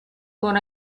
con